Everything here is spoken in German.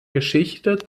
geschichte